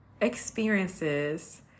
experiences